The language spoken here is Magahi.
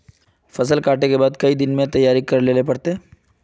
फसल कांटे के बाद कते दिन में तैयारी कर लेले पड़ते?